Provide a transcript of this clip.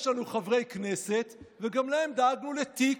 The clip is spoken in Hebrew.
יש לנו חברי כנסת, וגם להם דאגנו לתיק,